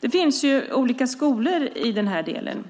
Det finns olika skolor i den här delen.